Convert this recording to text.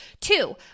Two